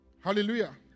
Hallelujah